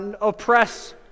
oppress